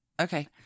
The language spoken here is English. okay